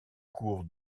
cours